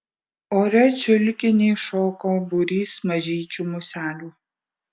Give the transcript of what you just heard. ore čiulkinį šoko būrys mažyčių muselių